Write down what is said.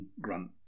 grunt